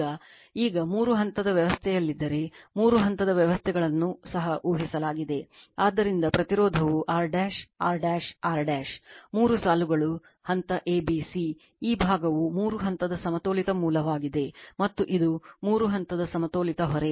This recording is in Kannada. ಈಗ ಈಗ ಇದು ಮೂರು ಹಂತದ ವ್ಯವಸ್ಥೆಯಲ್ಲಿದ್ದರೆ ಮೂರು ಹಂತದ ವ್ಯವಸ್ಥೆಗಳನ್ನೂ ಸಹ ಊಹಿಸಲಾಗಿದೆ ಆದ್ದರಿಂದ ಪ್ರತಿರೋಧವು R R R ಮೂರು ಸಾಲುಗಳು ಹಂತ a b c ಈ ಭಾಗವು ಮೂರು ಹಂತದ ಸಮತೋಲಿತ ಮೂಲವಾಗಿದೆ ಮತ್ತು ಇದು ಮೂರು ಹಂತದ ಸಮತೋಲಿತ ಹೊರೆ